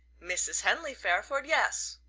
mrs. henley fairford yes.